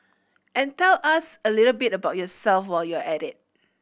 and tell us a little bit about yourself while you're at it